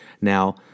Now